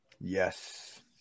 Yes